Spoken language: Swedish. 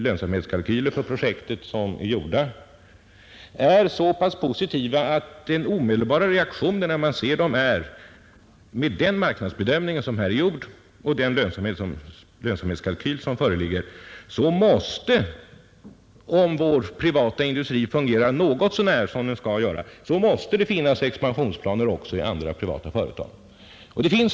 Lönsamhetskalkylerna för projektet är så pass positiva att den omedelbara reaktionen inför dem — med den marknadsbedöm ning som gjorts — blir att det om vår privata industri fungerar något så när som den skall måste finnas expansionsplaner i andra, privata företag. Så är också fallet.